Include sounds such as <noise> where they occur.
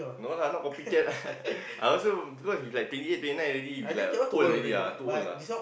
no lah not copy cat ah <laughs> I also cause you like twenty eight twenty nine already we like old already ah too old lah